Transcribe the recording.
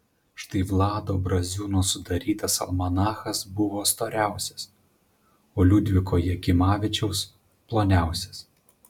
štai vlado braziūno sudarytas almanachas buvo storiausias o liudviko jakimavičiaus ploniausias